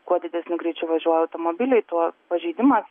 kuo didesniu greičiu važiuoja automobiliai tuo pažeidimas